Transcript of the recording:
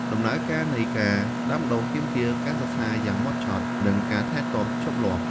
ដំណើរការនៃការដាំដុះទាមទារការសិក្សាយ៉ាងហ្មត់ចត់ និងការថែទាំជាប់លាប់។